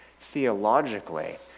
theologically